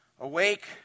Awake